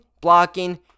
blocking